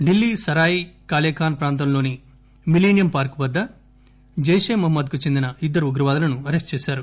ఢిల్లీ సరాయి కాలేఖాస్ ప్రాంతంలో ప్రాంతంలోని మిలినీయం పార్కు వద్ద జైష్ ఏ మహమ్మద్ కు చెందిన ఇద్దరు ఉగ్రవాదులను అరెస్ట్ చేశారు